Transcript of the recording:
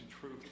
truth